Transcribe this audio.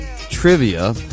trivia